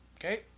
okay